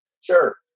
Sure